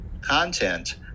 content